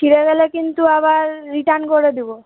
ছিঁড়ে গেলে কিন্তু আবার রিটার্ন করে দিবো